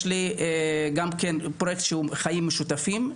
יש לי פרויקט שהוא "חיים משותפים",